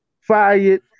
fired